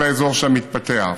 כל האזור שם מתפתח,